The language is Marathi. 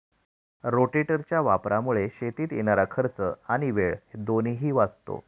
रोटेटरच्या वापरामुळे शेतीत येणारा खर्च आणि वेळ दोन्ही वाचतो